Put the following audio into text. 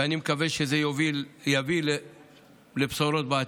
ואני מקווה שזה יביא לבשורות בעתיד.